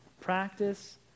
Practice